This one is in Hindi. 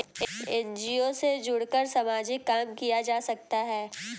एन.जी.ओ से जुड़कर सामाजिक काम किया जा सकता है